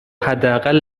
حداقل